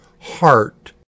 heart